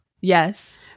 Yes